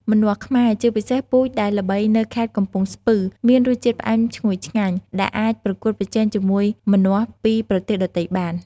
ម្នាស់ខ្មែរ ជាពិសេសពូជដែលល្បីនៅខេត្តកំពង់ស្ពឺ មានរសជាតិផ្អែមឈ្ងុយឆ្ងាញ់ ដែលអាចប្រកួតប្រជែងជាមួយម្នាស់ពីប្រទេសដទៃបាន។